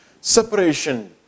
Separation